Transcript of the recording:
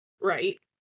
Right